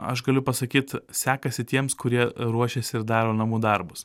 aš galiu pasakyt sekasi tiems kurie ruošiasi ir daro namų darbus